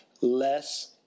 less